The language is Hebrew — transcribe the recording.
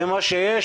זה מה שיש?